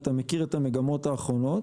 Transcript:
אתה מכיר את המגמות האחרונות